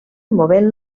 movent